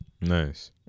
nice